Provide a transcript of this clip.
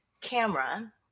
camera